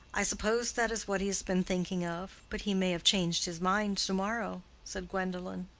i suppose that is what he has been thinking of. but he may have changed his mind to-morrow, said gwendolen.